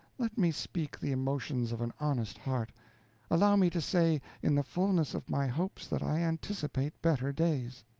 let me speak the emotions of an honest heart allow me to say in the fullness of my hopes that i anticipate better days.